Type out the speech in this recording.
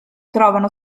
trovano